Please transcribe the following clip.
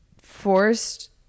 forced